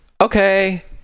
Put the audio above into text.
okay